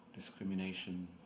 discrimination